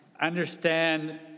understand